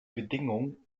bedingung